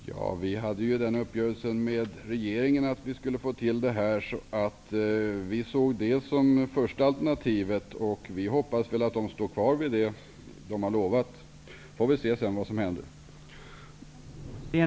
Herr talman! Vi hade den uppgörelsen med regeringen att vi skulle få till det här. Vi såg det som det första alternativet. Vi hoppas att de står kvar vid det de har lovat. Vi får se vad som händer.